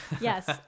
Yes